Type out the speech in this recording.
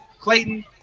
Clayton